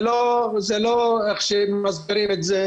זה לא איך שמסבירים את זה.